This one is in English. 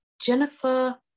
Jennifer